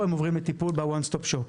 הם עוברים לטיפול ב-One Stop Shop.